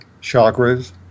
chakras